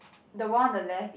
the one on the left